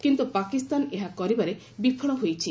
କିନ୍ତୁ ପାକିସ୍ତାନ ଏହା କରିବାରେ ବିଫଳ ହୋଇଛି